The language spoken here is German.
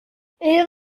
überall